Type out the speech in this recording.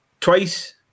Twice